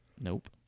Nope